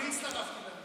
התש"ף 2020, נתקבל.